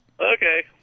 Okay